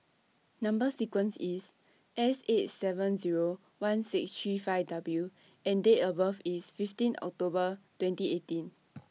Number sequence IS S eight seven Zero one six three five W and Date of birth IS fifteen October twenty eighteen